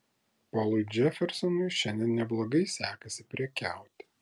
polui džefersonui šiandien neblogai sekasi prekiauti